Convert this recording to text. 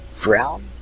brown